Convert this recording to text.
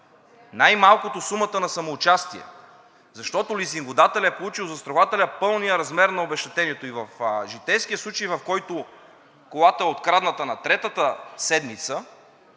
най-малкото сумата на самоучастие, защото лизингодателят е получил от застрахователя пълния размер на обезщетението. И в житейския случай, в който колата е открадната на третата седмица